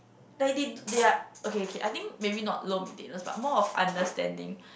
like they do they are okay okay I think maybe not low maintenance but more of understanding